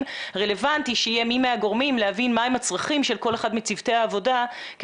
יהיה מי מהגורמים כדי להבין מה הם הצרכים של כל אחד מצוותי העבודה כי